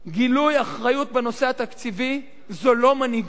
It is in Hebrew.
גילוי אחריות בנושא התקציבי זה לא מנהיגות.